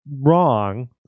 wrong